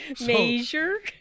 Measure